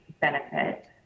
benefit